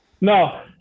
no